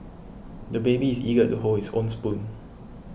the baby is eager to hold his own spoon